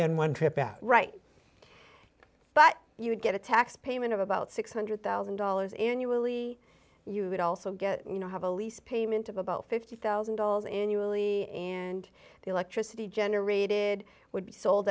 in one trip out right but you would get a tax payment of about six hundred thousand dollars annually you would also get you know have a lease payment of about fifty thousand dollars annually and the electricity generated would be sold